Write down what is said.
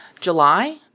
July